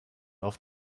auf